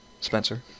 Spencer